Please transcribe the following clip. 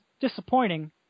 disappointing